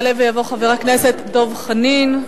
יעלה ויבוא חבר הכנסת דב חנין,